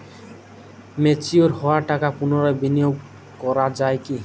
Mature হওয়া টাকা পুনরায় বিনিয়োগ করা য়ায় কি?